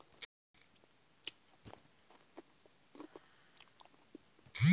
आंशिक संतुलन और औपचारिक वित्तीय ढांचे को रियल स्टेट से मापा जाता है